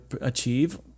achieve